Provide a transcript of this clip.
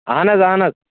اہن حظ اہن حظ